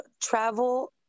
travel